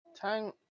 Tank